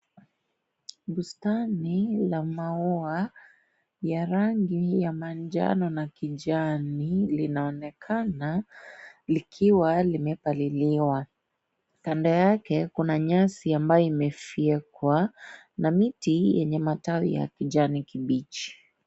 Bustani la maua ya rangi ya manjano na kijani linaonekana likiwa limepaliliwa. Kando yake kuna nyasi ambayo imefyekwa na miti yenye matawi ya kijani kibichi.